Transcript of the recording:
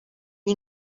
gli